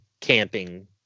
camping